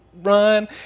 run